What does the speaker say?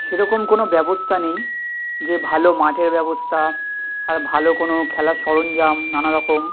সেরকম কোনো ব্যবস্থা নেই যে ভালো মাঠের ব্যবস্থা আর ভালো কোনো খেলার সরঞ্জাম নানা রকম